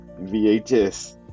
VHS